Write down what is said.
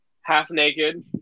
half-naked